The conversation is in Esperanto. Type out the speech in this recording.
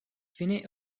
fine